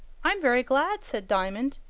i'm very glad, said diamond,